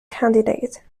candidate